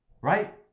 right